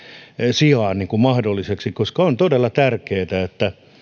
sijaan mahdolliseksi koska on todella tärkeätä